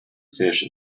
fish